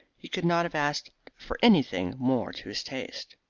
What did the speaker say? he could not have asked for anything more to his taste.